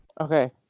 Okay